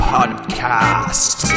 Podcast